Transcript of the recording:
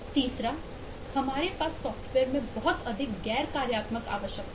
तीसरा हमारे पास सॉफ़्टवेयर में बहुत अधिक गैर कार्यात्मक आवश्यकताएं हैं